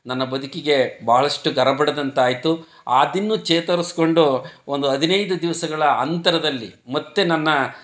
ನನ್ನ ಬದುಕಿಗೆ ಬಹಳಷ್ಟು ಗರಬಡಿದಂತಾಯ್ತು ಅದನ್ನು ಚೇತರಿಸ್ಕೊಂಡು ಒಂದು ಹದಿನೈದು ದಿವಸಗಳ ಅಂತರದಲ್ಲಿ ಮತ್ತೆ ನನ್ನ